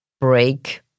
break